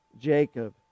Jacob